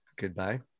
goodbye